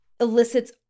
elicits